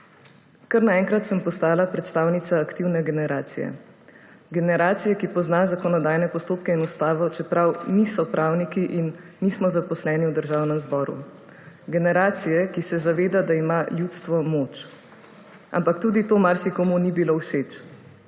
Kar na enkrat sem postala predstavnica Aktivne generacije. Generacije, ki pozna zakonodajne postopke in Ustavo, čeprav niso pravniki in nismo zaposleni v Državnem zboru. Generacije, ki se zaveda, da ima ljudstvo moč, ampak tudi to marsikomu ni bilo všeč.